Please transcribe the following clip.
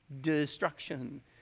destruction